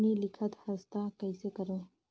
नी लिखत हस ता कइसे करू?